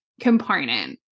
component